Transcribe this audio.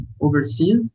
overseas